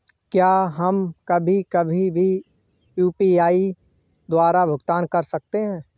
क्या हम कभी कभी भी यू.पी.आई द्वारा भुगतान कर सकते हैं?